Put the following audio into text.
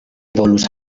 volus